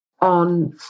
on